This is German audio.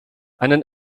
einen